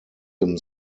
him